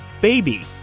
baby